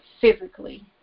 physically